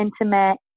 intimate